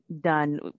done